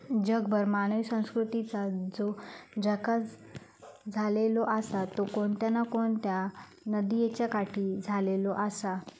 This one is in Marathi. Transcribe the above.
जगभर मानवी संस्कृतीचा जो इकास झालेलो आसा तो कोणत्या ना कोणत्या नदीयेच्या काठी झालेलो आसा